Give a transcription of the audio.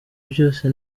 byose